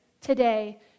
today